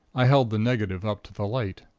i held the negative up to the light.